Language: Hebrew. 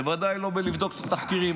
בוודאי לא בלבדוק את התחקירים.